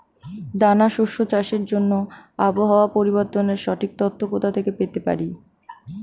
দানা শস্য চাষের জন্য আবহাওয়া পরিবর্তনের সঠিক তথ্য কোথা থেকে পেতে পারি?